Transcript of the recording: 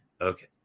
Okay